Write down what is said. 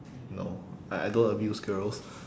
no I I don't abuse girls